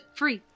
free